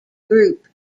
group